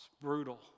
brutal